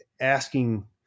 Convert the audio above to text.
asking